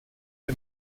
bei